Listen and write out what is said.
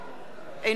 אינו נוכח